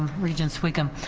regent sviggum,